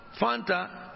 Fanta